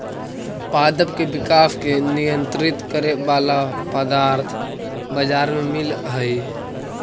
पादप के विकास के नियंत्रित करे वाला पदार्थ बाजार में मिलऽ हई